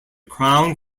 crown